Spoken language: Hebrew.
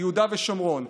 ביהודה ובשומרון,